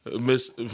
Miss